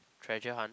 treasure hunt